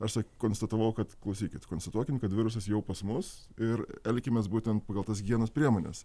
aš konstatavau kad klausykit konstatuokim kad virusas jau pas mus ir elkimės būtent pagal tas higienos priemones